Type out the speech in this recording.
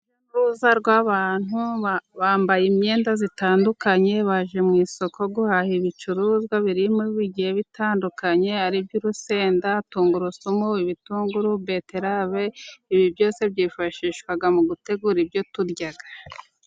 Urujya n’uruza rw'abantu bambaye imyenda itandukanye， baje mu isoko， guhaha ibicuruzwa birimo， bigiye bitandukanye， aribyo：Urusenda， tungurusumu，ibitunguru， betarave， ibi byose byifashishwa mu gutegura ibyo turya.